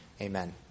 Amen